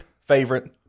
favorite